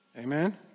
Amen